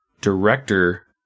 director